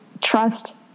trust